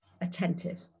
attentive